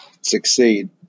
succeed